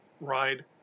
ride